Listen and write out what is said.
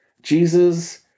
Jesus